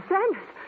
Sanders